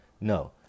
no